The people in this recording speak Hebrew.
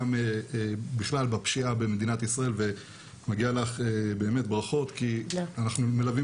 גם בכלל בפשיעה במדינת ישראל ומגיע לך באמת ברכות כי אנחנו מלווים